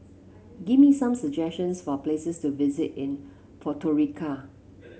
give me some suggestions for places to visit in Podgorica